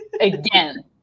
Again